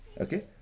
Okay